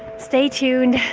stay tuned